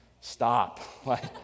stop